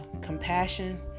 compassion